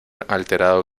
alterado